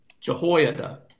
Jehoiada